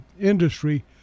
industry